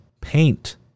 Paint